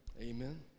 Amen